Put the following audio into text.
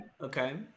Okay